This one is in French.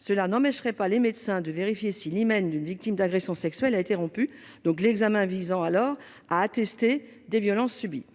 Cela n'empêcherait pas les médecins de vérifier si l'hymen d'une victime d'agression sexuelle a été rompu, l'examen visant alors à attester des violences subies.